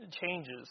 changes